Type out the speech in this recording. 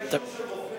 יש לך אישור של רופא.